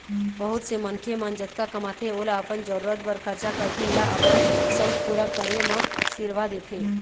बहुत से मनखे मन जतका कमाथे ओला अपन जरूरत बर खरचा करथे या अपन सउख पूरा करे म सिरवा देथे